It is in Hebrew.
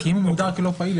אם הוא מוגדר כלא פעיל,